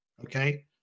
Okay